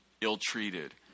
ill-treated